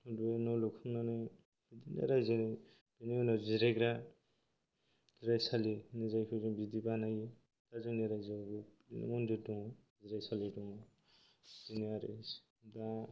बिदिनो न' लुखांनानै बिदिनो रायजोनि बिनि उनाव जिरायग्रा जिरायसालि जायखौ जों बिदि बानायो आरो जोङो रायजोआव मन्दिर दङ जिरायसालि दङ बेनो आरो